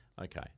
Okay